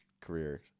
career